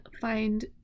find